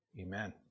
Amen